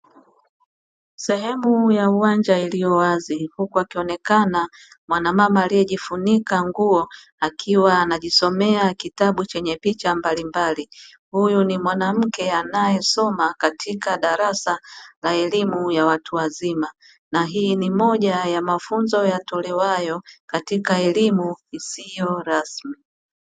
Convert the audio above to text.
Sehemu ya uwanja iliyo wazi huku akionekana mwanamama aliyejifunika nguo akiwa anajisomea kitabu chenye picha mbalimbali. Huyu ni mwanamke anayesoma katika darasa la elimu ya watu wazima na hii ni moja ya mafunzo yatolewayo katika elimu isiyo rasmi.